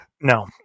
No